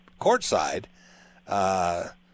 courtside